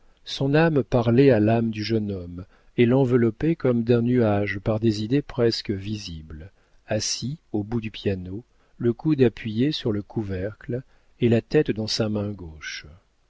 son âme parlait à l'âme du jeune homme et l'enveloppait comme d'un nuage par des idées presque visibles assis au bout du piano le coude appuyé sur le couvercle et la tête dans sa main gauche